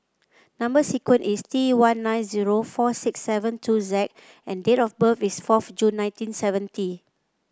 number sequence is T one nine zero four six seven two Z and date of birth is fourth June nineteen seventy